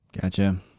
Gotcha